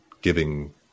giving